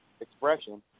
expression